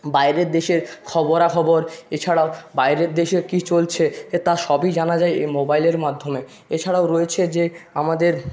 বাইরের দেশের খবরা খবর এছাড়াও বাইরের দেশে কী চলছে এ তা সবই জানা যায় এই মোবাইলের মাধ্যমে এছাড়াও রয়েছে যে আমাদের